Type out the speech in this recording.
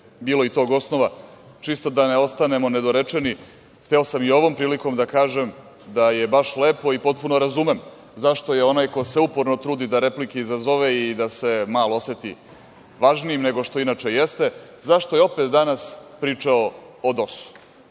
bilo i tog osnova, čisto da ne ostanemo nedorečeni. Hteo sam i ovom prilikom da kažem da je baš lepo i potpuno razumem zašto je onaj ko se uporno trudi da replike izazove i da se malo oseti važnijim nego što inače jeste, zašto je opet danas pričao o DOS-u.